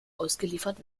ausgeliefert